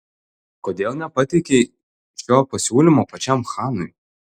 kodėl nepateikei šio pasiūlymo pačiam chanui